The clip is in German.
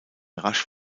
rasch